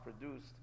produced